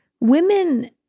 women